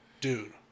Dude